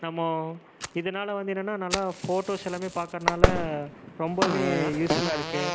நம்ம இதனால் வந்து என்னன்னா நல்லா போட்டோஸ் எல்லாம் பாக்கறதினால ரொம்பவும் யூஸ்ஃபுல்லாக இருக்கு